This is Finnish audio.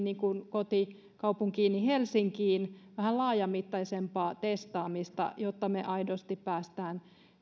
niin kuin kotikaupunkiini helsinkiin vähän laajamittaisempaa testaamista jotta me aidosti pääsemme